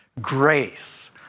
grace